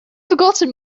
forgotten